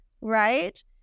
right